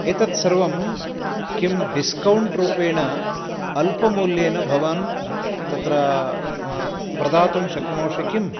एतत्सर्वं किं डिस्कौण्ट् रूपेण अल्पमौल्येन भवान् तत्र प्रदातुं शक्नोषि किम्